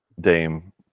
Dame